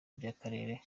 by’akarere